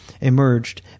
emerged